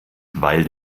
weil